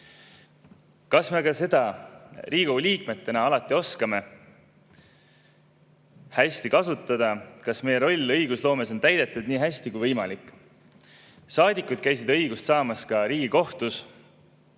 me aga Riigikogu liikmetena oskame seda alati hästi kasutada? Kas meie roll õigusloomes on täidetud nii hästi kui võimalik? Saadikud käisid õigust saamas ka Riigikohtus.